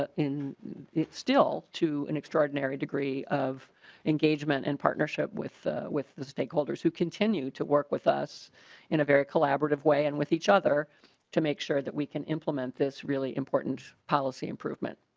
ah in the still to an extraordinary degree of engagement and partnership with the with the stakeholders who continue to work with us in a very collaborative way and with each other to make sure that we can implement this really important policy improvement.